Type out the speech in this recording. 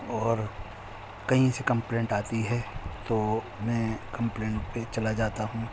اور کہیں سے کمپلینٹ آتی ہے تو میں کمپلینٹ پہ چلا جاتا ہوں